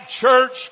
church